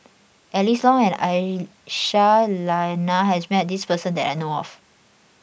Alice Ong and Aisyah Lyana has met this person that I know of